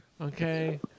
Okay